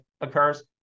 occurs